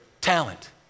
Talent